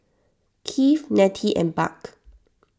Keith Nettie and Buck